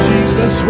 Jesus